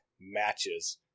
matches